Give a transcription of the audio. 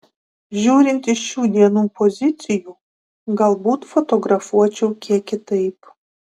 žiūrint iš šių dienų pozicijų galbūt fotografuočiau kiek kitaip